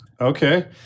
okay